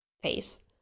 face